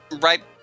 right